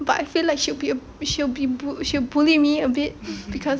but I feel like she'll be a she'll be a bu~ she'll bully me a bit because